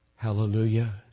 Hallelujah